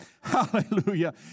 Hallelujah